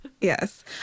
Yes